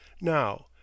Now